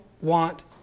want